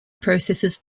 processes